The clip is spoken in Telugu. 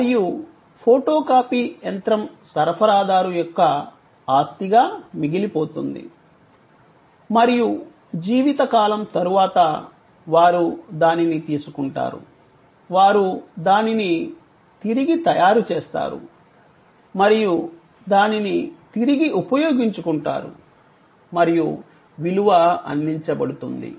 మరియు ఫోటోకాపీ యంత్రం సరఫరాదారు యొక్క ఆస్తిగా మిగిలిపోతుంది మరియు జీవిత కాలం తరువాత వారు దానిని తీసుకుంటారు వారు దానిని తిరిగి తయారు చేస్తారు మరియు దానిని తిరిగి ఉపయోగించుకుంటారు మరియు విలువ అందించబడుతుంది